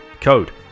code